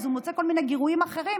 אז הוא מוצא כל מיני גירויים אחרים,